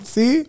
See